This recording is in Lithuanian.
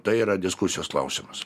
tai yra diskusijos klausimas